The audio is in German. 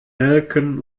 nelken